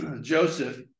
Joseph